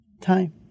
time